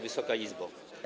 Wysoka Izbo!